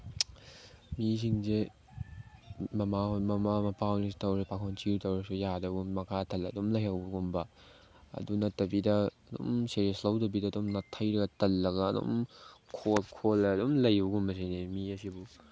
ꯃꯤꯁꯤꯡꯁꯦ ꯃꯃꯥ ꯃꯄꯥꯍꯣꯏꯅꯁꯨ ꯇꯧꯔꯦ ꯄꯥꯈꯣꯟ ꯁꯤ ꯇꯧꯔꯁꯨ ꯌꯥꯗꯕꯒꯨꯝꯕ ꯃꯈꯥ ꯇꯜꯂ ꯑꯗꯨꯝ ꯂꯩꯍꯧꯕꯒꯨꯝꯕ ꯑꯗꯨ ꯅꯠꯇꯕꯤꯗ ꯑꯗꯨꯝ ꯁꯦꯔꯦꯁ ꯂꯧꯗꯕꯤꯗ ꯑꯗꯨꯝ ꯅꯥꯊꯩꯔ ꯇꯜꯂꯒ ꯑꯗꯨꯝ ꯈꯣꯠ ꯈꯣꯠꯂ ꯑꯗꯨꯝ ꯂꯩꯕꯒꯨꯝꯕꯁꯤꯅꯤ ꯃꯤ ꯑꯁꯤꯕꯨ